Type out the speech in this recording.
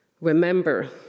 Remember